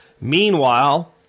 Meanwhile